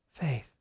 faith